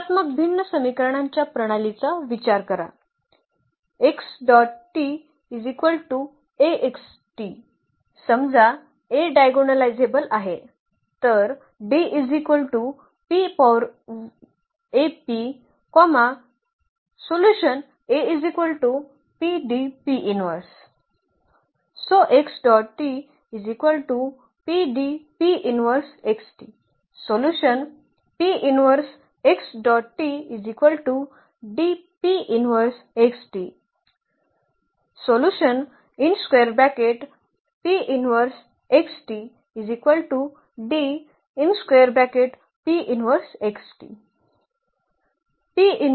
रेषात्मक भिन्न समीकरणांच्या प्रणालीचा विचार करा समजा A डायगोनलायझेबल आहे